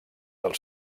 del